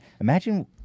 Imagine